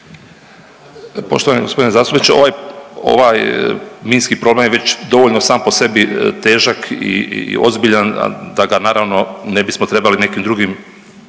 Poštovani g. zastupniče. Ovaj minski problem je već dovoljno sam po sebi težak i ozbiljan da ga naravno ne bismo trebali nekim drugim